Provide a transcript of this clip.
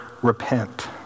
Repent